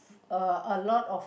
uh a lot of